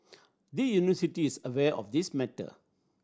the University is aware of this matter